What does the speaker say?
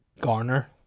garner